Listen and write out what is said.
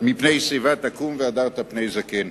"מפני שיבה תקום, והדרת פני זקן".